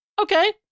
Okay